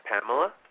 Pamela